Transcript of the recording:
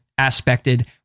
aspected